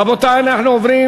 רבותי, אנחנו עוברים